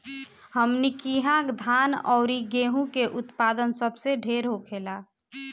हमनी किहा धान अउरी गेंहू के उत्पदान सबसे ढेर होखेला